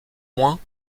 moins